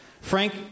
Frank